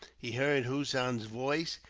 he heard hossein's voice,